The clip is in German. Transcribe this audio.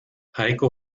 heiko